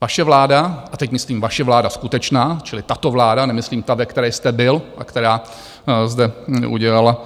Vaše vláda, a teď myslím vaše vláda skutečná, čili tato vláda, nemyslím ta, ve které jste byl a která zde udělala